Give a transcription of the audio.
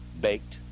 baked